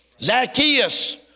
Zacchaeus